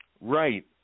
Right